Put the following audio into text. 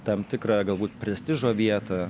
tam tikrą galbūt prestižo vietą